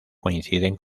coinciden